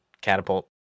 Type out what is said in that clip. catapult